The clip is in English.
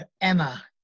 Emma